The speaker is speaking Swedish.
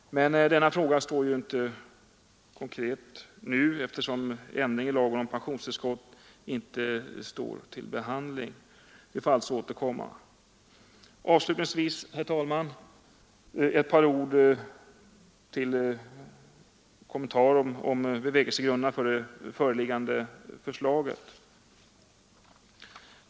Men denna fråga står nu inte konkret på dagordningen, eftersom förslag om ändring i lagen om pensionstillskott inte föreligger till behandling. Vi får därför återkomma. Avslutningsvis, herr talman, ett par ord som kommentar till bevekelsegrunderna för det föreliggande förslaget!